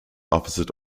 opposite